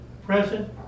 present